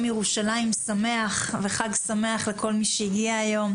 ירושלים שמח וחג שמח לכל מי שהגיע היום,